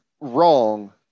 wrong